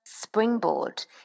springboard